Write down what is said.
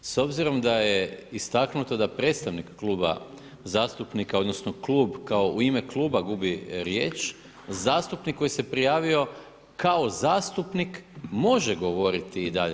S obzirom da je istaknuto da predstavnik kluba zastupnika odnosno klub kao u ime kluba gubi riječ, zastupnik koji se prijavio kao zastupnik, može govoriti i dalje.